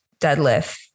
deadlift